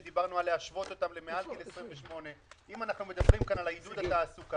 שדיברנו על להשוות אותם למעל גיל 28. אם אנחנו מדברים כאן על עידוד תעסוקה,